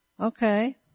Okay